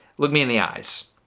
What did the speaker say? look me in the eyes.